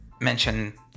mention